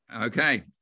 Okay